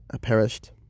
perished